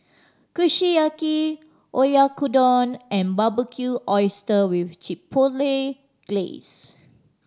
Kushiyaki Oyakodon and Barbecue Oyster with Chipotle Glaze